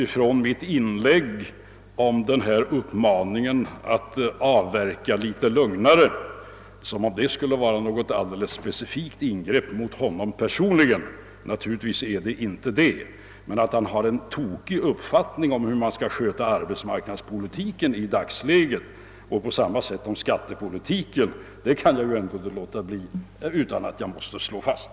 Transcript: Ian hämtade i stället näring till den ur mitt inlägg om uppmaningen att avverka i skogen i något lugnare takt, som om det skulle ha varit något alldeles speciellt angrepp på honom personligen — naturligtvis var det inte det! Men att herr Hedlund har en tokig uppfattning om hur man skall sköta arbetsmarknadspolitiken i dagens läge och om skattepolitiken kan jag ändå inte låta bli att slå fast.